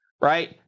right